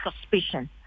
suspicion